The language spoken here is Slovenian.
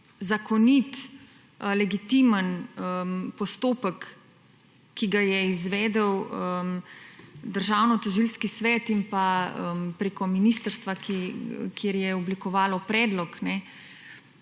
zakonit, legitimen postopek, ki ga je izvedel Državnotožilski svet in pa preko ministrstva, ki je oblikovalo predlog,